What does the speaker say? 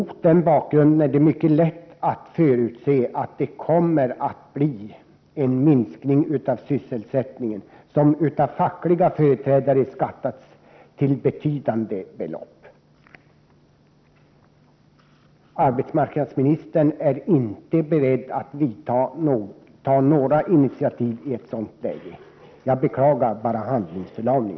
Mot denna bakgrund är det mycket lätt att förutse att det kommer att ske en minskning av sysselsättningen, som av fackliga företrädare har skattats som betydande. Arbetsmarknadsministern är i ett sådant läge inte beredd att ta några initiativ. Jag beklagar denna handlingsförlamning.